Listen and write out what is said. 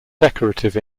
decorative